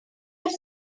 have